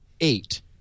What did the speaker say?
eight –